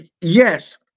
yes